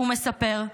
הוא מספר,